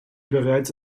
bereits